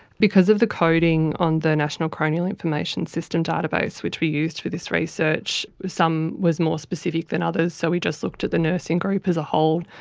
because of the coding on the national coronial information system database which we used for this research, some was more specific than others, so we just looked at the nursing group as a whole.